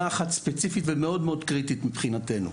אחת ספציפית ומאוד מאוד קריטית מבחינתנו,